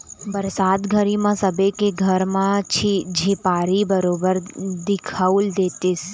बरसात घरी म सबे के घर म झिपारी बरोबर दिखउल देतिस